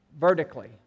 vertically